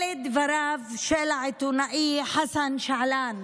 אלה דבריו של העיתונאי חסן שעלאן,